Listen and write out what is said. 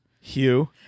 Hugh